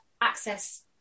access